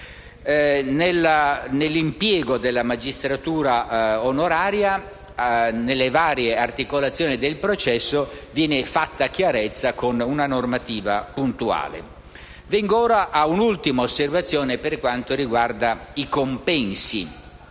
Nell'impiego della magistratura onoraria nelle varie articolazioni del processo viene fatta chiarezza con una normativa puntuale. Vengo ora ad un'ultima osservazione relativa ai compensi